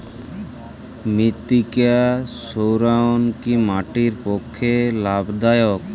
মৃত্তিকা সৌরায়ন কি মাটির পক্ষে লাভদায়ক?